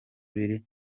biri